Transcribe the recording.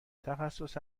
تخصص